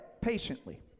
patiently